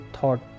thought